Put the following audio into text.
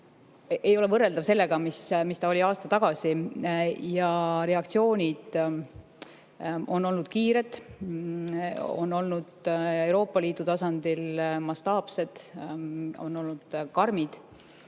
enam võrreldav sellega, mis ta oli aasta tagasi. Reaktsioonid on olnud kiired, on olnud Euroopa Liidu tasandil mastaapsed ja on olnud karmid. Ka